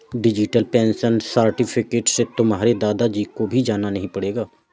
digital pension certificate से तुम्हारे दादा जी को भी जाना नहीं पड़ेगा